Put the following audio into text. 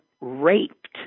raped